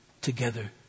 together